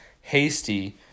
Hasty